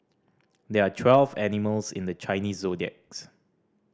there are twelve animals in the Chinese zodiacs